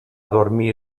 dormir